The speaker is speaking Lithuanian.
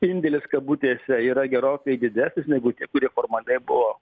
indėlis kabutėse yra gerokai didesnis negu tie kurie formaliai buvo